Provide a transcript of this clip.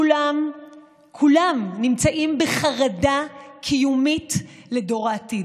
כולם נמצאים בחרדה קיומית לדור העתיד.